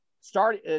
start